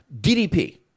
DDP